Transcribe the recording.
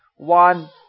one